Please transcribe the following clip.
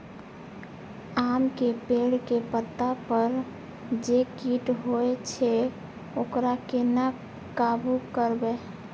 आम के पेड़ के पत्ता पर जे कीट होय छे वकरा केना काबू करबे?